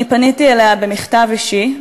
אני פניתי אליה במכתב אישי.